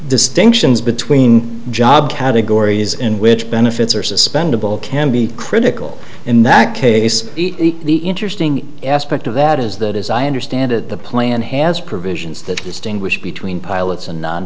distinctions between job categories in which benefits are suspended all can be critical in that case the interesting aspect of that is that is i and it the plane has provisions that distinguish between pilots and